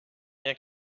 rien